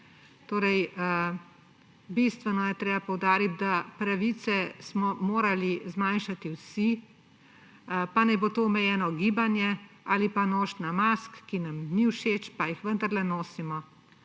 Torej, bistveno je treba poudariti, da pravice smo morali zmanjšati vsi, pa naj bo to omejeno gibanje, ali pa nošnja mask, ki nam ni všeč, pa jih vendarle nosimo.